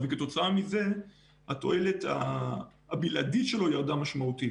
וכתוצאה מזה התועלת הבלעדית שלו ירדה משמעותית,